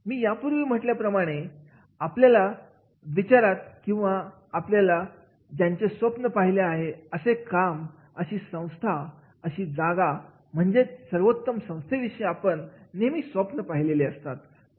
मी यापूर्वी म्हणल्याप्रमाणे आपल्या विचारात ला किंवा आपण ज्याचे स्वप्न पाहिले आहे असे काम अशी संस्था अशी जागा म्हणजेच सर्वोत्तम संस्थेविषयी आपण नेहमी स्वप्न पाहिलेली असतात